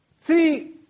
Three